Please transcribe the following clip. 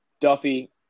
Duffy –